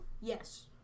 Yes